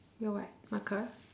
your what marker